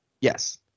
Yes